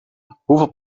hoeveel